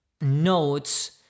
notes